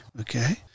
okay